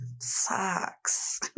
sucks